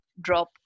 drop